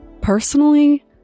Personally